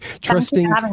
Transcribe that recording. Trusting